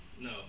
No